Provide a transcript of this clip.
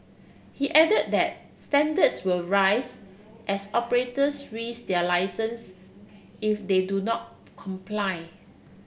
he added that standards will rise as operators risk their licence if they do not comply